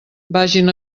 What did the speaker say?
vagin